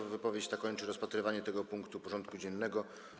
Ta wypowiedź kończy rozpatrywanie tego punktu porządku dziennego.